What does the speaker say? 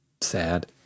Sad